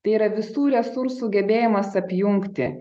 tai yra visų resursų gebėjimas apjungti